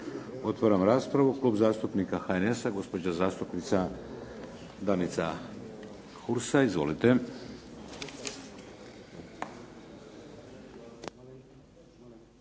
Otvaram raspravu. Klub zastupnika HNS-a gospođa zastupnica Danica Hursa. Izvolite.